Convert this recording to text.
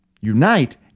unite